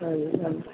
ਹਾਂਜੀ ਹਾਂ